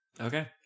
Okay